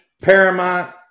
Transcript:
Paramount